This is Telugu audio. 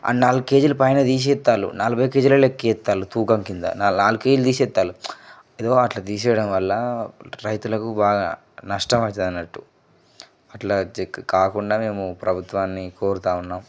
ఆ నాలుగు కేజీలు పైనే తీసేస్తారు నలభై కేజీలు లక్కే ఇస్తారు తూకం కింద నాలుగు కేజీలు తీసేస్తారు ఇదిగో అట్ల తీసేయడం వల్ల రైతులకు బాగా నష్టం వస్తుంది అన్నట్టు అట్లా కాకుండా మేము ప్రభుత్వాన్ని కోరుతూ ఉన్నాం